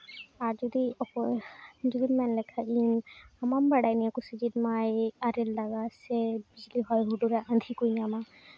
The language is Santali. ᱟᱨᱡᱩᱫᱤ ᱚᱠᱚᱭ ᱡᱩᱫᱤᱢ ᱢᱮᱱ ᱞᱮᱠᱷᱟᱡ ᱟᱢ ᱵᱟᱢ ᱵᱟᱲᱟᱭᱟ ᱱᱤᱭᱟᱹ ᱠᱚ ᱥᱤᱡᱤᱱ ᱢᱟᱭ ᱟᱨᱮᱞ ᱫᱟᱜᱟᱭ ᱥᱮ ᱵᱤᱡᱽᱞᱤ ᱦᱚᱭ ᱦᱩᱰᱩᱨᱼᱟ ᱟᱸᱫᱷᱮ ᱠᱚᱭ ᱧᱟᱢᱟ